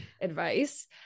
advice